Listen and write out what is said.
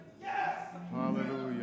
Hallelujah